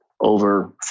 over